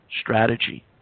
strategy